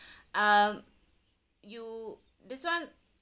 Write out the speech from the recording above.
um you this one